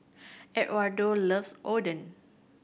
Edwardo loves Oden